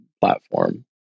platform